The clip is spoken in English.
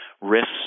risks